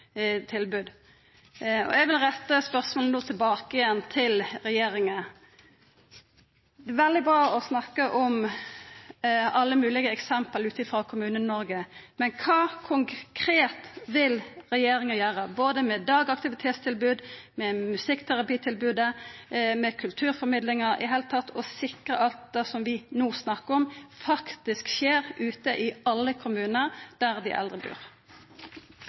tilbod. Det er veldig bra å snakka om alle moglege eksempel frå Kommune-Noreg, men eg vil no retta eit spørsmål tilbake til regjeringa: Kva konkret vil regjeringa gjera med dagaktivitetstilbodet, med musikkterapitilbodet, med kulturformidlinga – i det heile for å sikra at det som vi no snakkar om, faktisk skjer ute i alle kommunar der dei eldre bur?